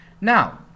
Now